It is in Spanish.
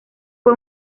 fue